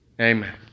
Amen